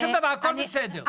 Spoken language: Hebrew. שום דבר, הכול בסדר.